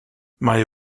mae